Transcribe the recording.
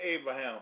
Abraham